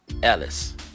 ellis